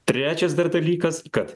trečias dar dalykas kad